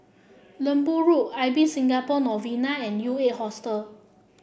Lembu Road Ibis Singapore Novena and U Eight Hostel